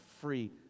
free